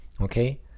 Okay